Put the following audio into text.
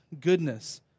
goodness